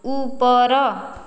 ଉପର